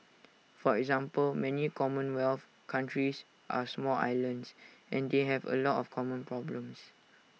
for example many commonwealth countries are small islands and they have A lot of common problems